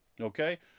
Okay